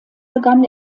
begann